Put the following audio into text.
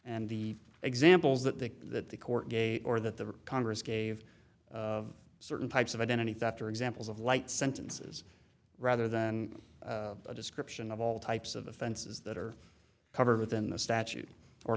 and the examples that they that the court gave or that the congress gave of certain types of identity theft are examples of light sentences rather than a description of all types of offenses that are covered within the statute or